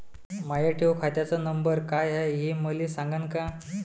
माया ठेव खात्याचा नंबर काय हाय हे मले सांगान का?